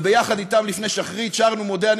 וביחד אתם לפני שחרית שרנו "מודה אני